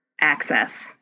access